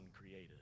created